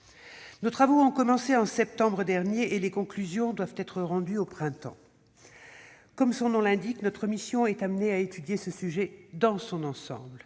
Nos travaux ont commencé en septembre dernier, et les conclusions doivent être rendues au printemps. Comme son nom l'indique, notre mission est amenée à étudier ce sujet dans son ensemble.